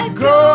go